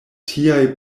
tiaj